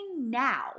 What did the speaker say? now